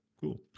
cool